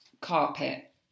Carpet